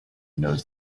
knows